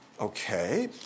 Okay